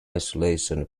isolation